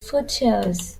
foothills